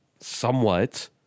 somewhat